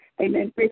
Amen